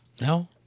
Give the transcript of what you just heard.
no